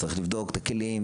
צריך לבדוק את הכלים,